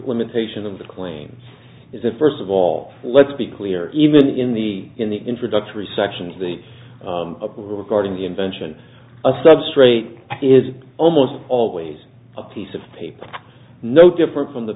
limitation of the claims is a first of all let's be clear even in the in the introductory section the regarding the invention of substrate is almost always a piece of paper no different from the